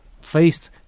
faced